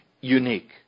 unique